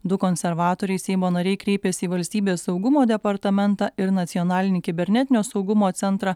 du konservatoriai seimo nariai kreipėsi į valstybės saugumo departamentą ir nacionalinį kibernetinio saugumo centrą